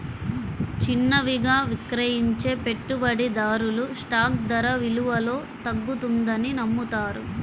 చిన్నవిగా విక్రయించే పెట్టుబడిదారులు స్టాక్ ధర విలువలో తగ్గుతుందని నమ్ముతారు